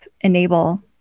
enable